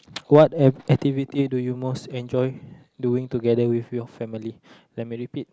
what act~ activity do you most enjoy doing together with your family let me repeat